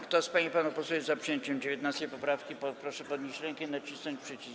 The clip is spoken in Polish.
Kto z pań i panów posłów jest za przyjęciem 19. poprawki, proszę podnieść rękę i nacisnąć przycisk.